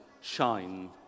shine